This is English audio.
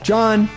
John